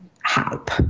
help